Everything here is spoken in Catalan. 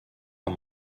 amb